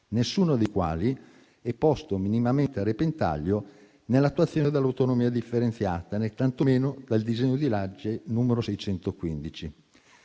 nessuno dei quali è posto minimamente a repentaglio nell'attuazione dell'autonomia differenziata, né tantomeno dal disegno di legge n. 615.